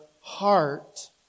heart